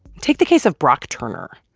take the case of brock turner.